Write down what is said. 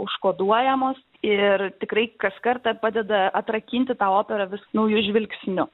užkoduojamos ir tikrai kas kartą padeda atrakinti tą operą vis nauju žvilgsniu